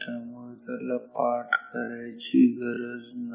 त्यामुळे त्याला पाठ करण्याची गरज नाही